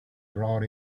brought